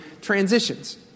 transitions